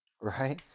right